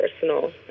personal